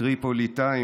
טריפוליטאים,